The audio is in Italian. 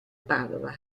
padova